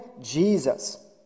Jesus